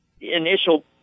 initial